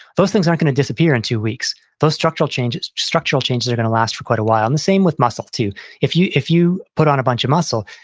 those things aren't going to disappear in two weeks. those structural changes structural changes are going to last for quite a while and the same with muscle too if you if you put on a bunch of muscle,